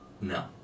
No